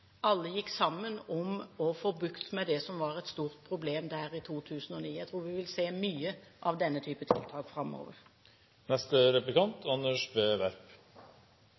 alle gikk sammen om å få bukt med det som var et stort problem der i 2009. Jeg tror vi vil se mye av denne type tiltak